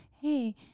hey